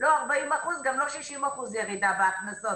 לא 40% וגם לא 60% ירידה בהכנסות,